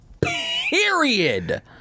Period